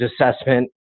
assessment